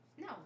No